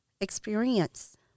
experience